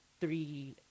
three